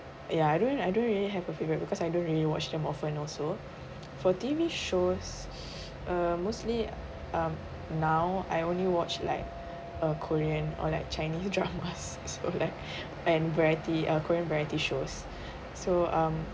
ya I don't I don't really have a favourite because I don't really watch them often also for T_V shows uh mostly um now I only watch like uh korean or like chinese dramas it's all like and variety uh korean variety shows so um